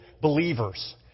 believers